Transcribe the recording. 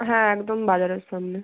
হ্যাঁ একদম বাজারের সামনে